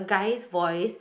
guys voice